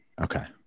Okay